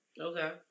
Okay